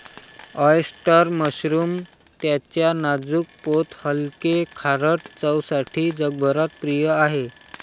oyster mushroom त्याच्या नाजूक पोत हलके, खारट चवसाठी जगभरात प्रिय आहे